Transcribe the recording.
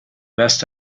best